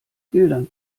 bildern